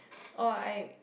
orh I